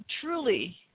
truly